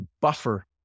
buffer